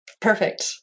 Perfect